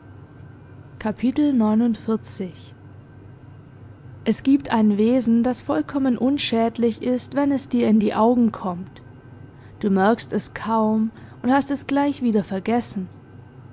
es giebt ein wesen das vollkommen unschädlich ist wenn es dir in die augen kommt du merkst es kaum und hast es gleich wieder vergessen